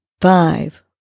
five